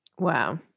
Wow